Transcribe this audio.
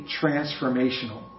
transformational